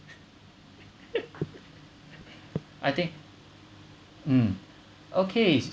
I think mm okay